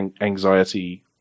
anxiety